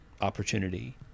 opportunity